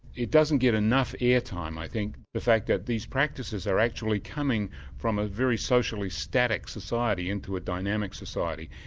it doesn't get enough airtime, i think, the fact that these practices are actually coming from a very socially static society into a dynamic society.